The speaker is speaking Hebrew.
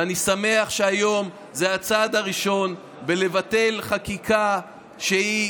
ואני שמח שהיום זה הצעד הראשון בלבטל חקיקה שהיא